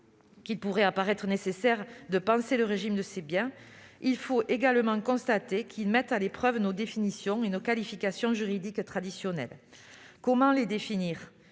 qu'il pourrait sembler nécessaire de penser le régime de ces biens, il faut également constater qu'ils mettent à l'épreuve nos définitions et nos qualifications juridiques traditionnelles. Comment les définir ?